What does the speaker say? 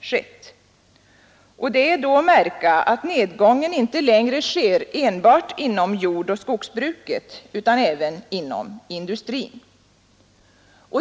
skett. Det är då att märka att nedgången inte längre äger rum enbart inom jordoch skogsbruket utan även inom industrin.